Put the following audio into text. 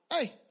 Hey